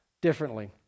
differently